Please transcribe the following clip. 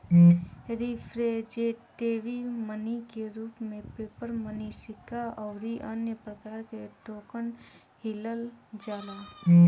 representative money के रूप में पेपर मनी सिक्का अउरी अन्य प्रकार के टोकन लिहल जाला